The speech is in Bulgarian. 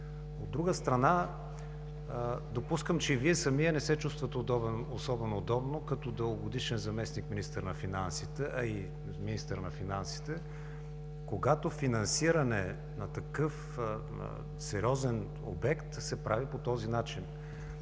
От друга страна, допускам, че и Вие самият не се чувствате особено удобно като дългогодишен заместник-министър на финансите, а и министър на финансите, когато финансиране на такъв сериозен обект се прави по този начин.